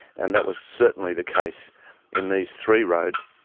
and that was certainly the case in these three roads.